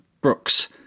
Brooks